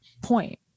point